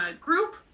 group